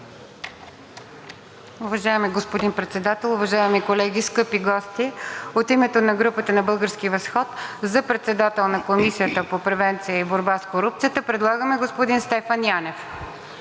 Уважаеми господин Председател, уважаеми колеги, скъпи гости! От името на групата на „Български възход“ за председател на Комисията по превенция и борба с корупцията предлагаме господин Стефан Янев.